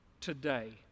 today